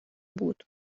بود